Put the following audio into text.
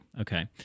Okay